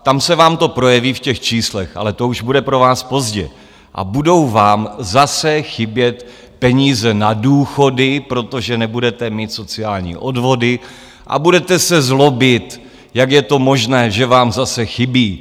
Tam se vám to projeví v těch číslech, ale to už bude pro vás pozdě, a budou vám zase chybět peníze na důchody, protože nebudete mít sociální odvody a budete se zlobit, jak je to možné, že vám zase chybí.